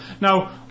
Now